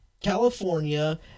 California